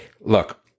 look